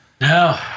No